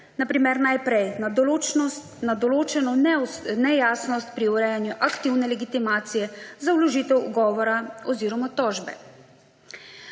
na določnost, na določeno nejasnost pri urejanju aktivne legitimacije za vložitev ugovora oziroma tožbe.